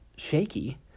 shaky